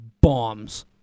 bombs